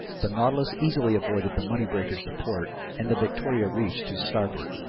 the nautilus easily avoided the money breakers to port and the victoria reefs to starboard,